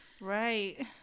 Right